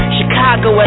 Chicago